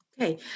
Okay